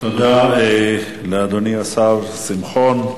תודה לאדוני, השר שמחון,